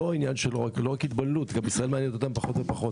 זה לא רק עניין של התבוללות גם ישראל מעניינת אותם פחות ופחות,